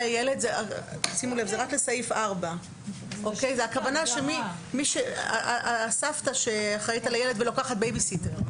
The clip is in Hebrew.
זה רק לסעיף 4. הסבתא שאחראית על הילד ולוקחת בייבי-סיטר.